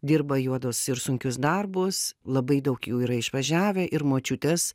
dirba juodos ir sunkius darbus labai daug jų yra išvažiavę ir močiutės